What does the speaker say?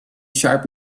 sharp